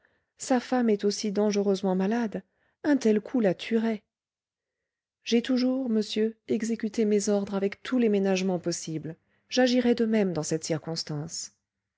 sa femme est aussi dangereusement malade un tel coup la tuerait j'ai toujours monsieur exécuté mes ordres avec tous les ménagements possibles j'agirai de même dans cette circonstance